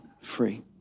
free